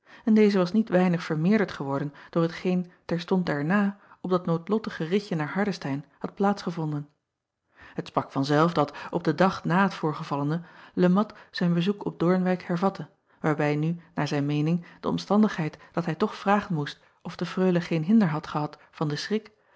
en deze was niet weinig vermeerderd geworden door hetgeen terstond daarna op dat noodlottige ritje naar ardestein had plaats gevonden et sprak van zelf dat op den dag na het voorgevallene e at zijn bezoek op oornwijck hervatte waarbij nu naar zijn meening de omstandigheid dat hij toch vragen moest of de reule geen hinder had gehad van den schrik